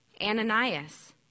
Ananias